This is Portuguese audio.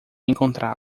encontrá